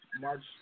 March